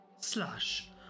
slash